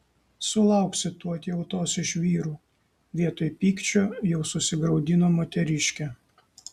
sulauksi tu atjautos iš vyrų vietoj pykčio jau susigraudino moteriškė